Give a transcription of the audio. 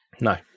No